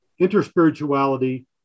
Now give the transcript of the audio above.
interspirituality